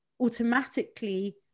automatically